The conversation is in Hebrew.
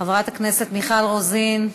חברת הכנסת מיכל רוזין.